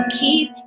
keep